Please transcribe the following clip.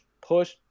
push